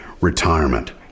retirement